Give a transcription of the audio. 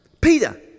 Peter